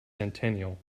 centennial